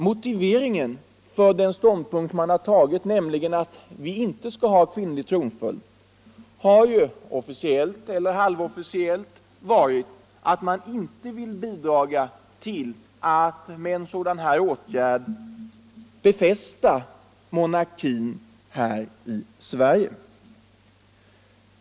Motiveringen för den ståndpunkt man har intagit, att vi inte skall ha kvinnlig tronföljd, har ju — officiellt eller halvofficiellt — varit att man inte vill bidraga till att med en sådan åtgärd befästa monarkin i Sverige.